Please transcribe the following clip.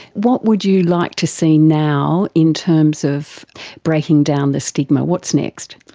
what would you like to see now in terms of breaking down the stigma? what's next?